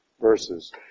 verses